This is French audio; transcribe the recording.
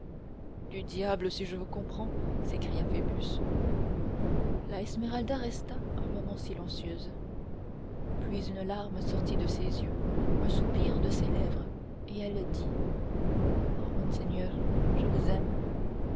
du diable si je vous comprends s'écria phoebus la esmeralda resta un moment silencieuse puis une larme sortit de ses yeux un soupir de ses lèvres et elle dit oh monseigneur je vous aime